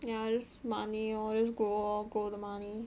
ya just money lor grow lor grow the money